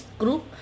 group